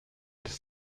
des